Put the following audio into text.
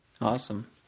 awesome